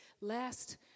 last